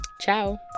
ciao